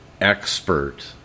expert